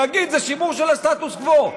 ויגיד: זה שימור של הסטטוס קוו.